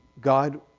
God